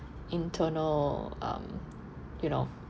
internal um you know